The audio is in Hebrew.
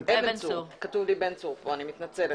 בבקשה.